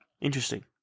Interesting